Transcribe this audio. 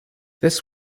this